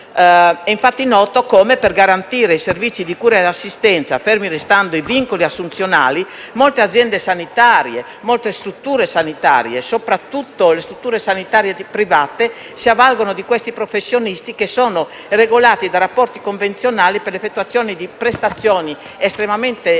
È infatti noto come, per garantire i servizi di cura e di assistenza, fermi restando i vincoli assunzionali, molte aziende e strutture sanitarie, soprattutto quelle private, si avvalgano di professionisti regolati da rapporti convenzionali per l'effettuazione di prestazioni estremamente delicate,